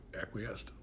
acquiesced